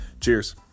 cheers